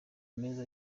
meza